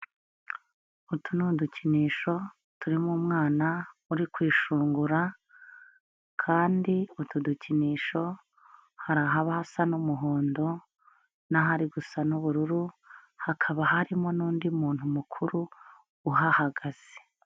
Utu ni udukinisho, turimo umwana uri kwishungura, kandi utu dukinisho hara ahaba hasa n'umuhondo, n'ahari gusa n'ubururu, hakaba harimo n'undi muntu mukuru uhahagaze.